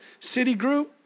Citigroup